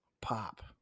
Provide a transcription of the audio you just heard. pop